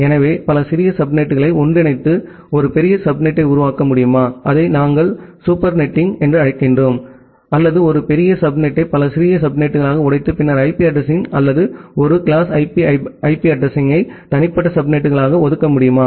எனவே பல சிறிய சப்நெட்களை ஒன்றிணைத்து ஒரு பெரிய சப்நெட்டை உருவாக்க முடியுமா அதை நாம் சூப்பர் நெட்டிங் என்று அழைக்கிறோம் அல்லது ஒரு பெரிய சப்நெட்டை பல சிறிய சப்நெட்டுகளாக உடைத்து பின்னர் ஐபி அட்ரஸிங்கள் அல்லது 1 கிளாஸ் ஐபி அட்ரஸிங்யை தனிப்பட்ட சப்நெட்டுகளுக்கு ஒதுக்க முடியுமா